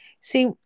See